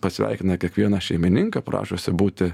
pasveikina kiekvieną šeimininką prašosi būti